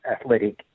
athletic